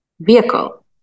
vehicle